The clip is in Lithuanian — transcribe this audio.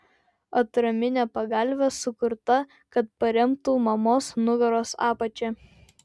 atraminė pagalvė sukurta kad paremtų mamos nugaros apačią